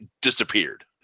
disappeared